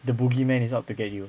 the boogeyman is out to get you